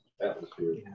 atmosphere